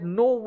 no